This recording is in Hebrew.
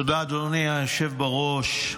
תודה, אדוני היושב בראש.